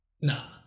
nah